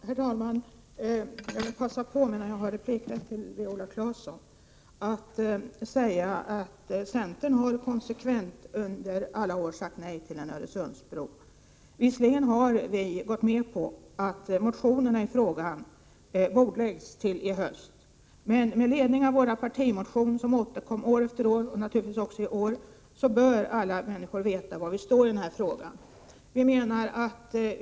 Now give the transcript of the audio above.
Herr talman! Till Viola Claesson vill jag säga att centern konsekvent under alla år har sagt nej till en Öresundsbro. Visserligen har vi gått med på att motionerna i frågan bordläggs till i höst, men med ledning av vår partimotion som återkommit år efter år och även detta år bör alla människor veta var vi står i frågan.